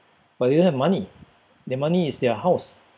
but they don't have money their money is their house